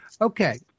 Okay